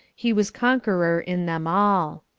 he was conqueror in them all.